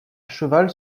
cheval